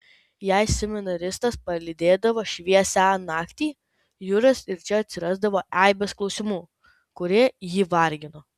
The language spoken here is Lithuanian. jei seminaristas palydėdavo šviesią naktį juras ir čia atrasdavo eibes klausimų kurie jį vargino